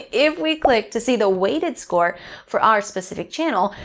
if we click to see the weighted score for our specific channel,